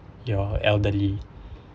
you're elderly